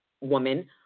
woman